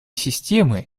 системы